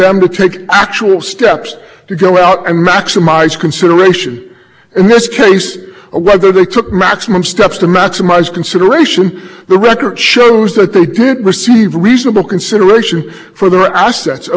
consideration in this case or whether they took maximum steps to maximize consideration the record shows that they didn't receive reasonable consideration for their assets over your two percent difference between the consideration that they receive